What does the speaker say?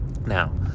Now